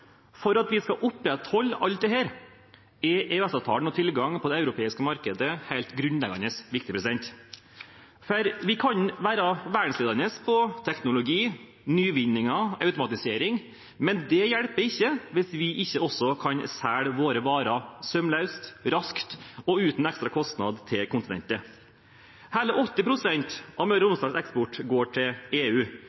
grunnleggende viktig. Vi kan være verdensledende på teknologi, nyvinninger og automatisering, men det hjelper ikke hvis vi ikke også kan selge våre varer sømløst, raskt og uten ekstra kostnader til kontinentet. Hele 80 pst. av Møre og